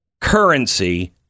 currency